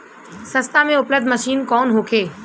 सस्ता में उपलब्ध मशीन कौन होखे?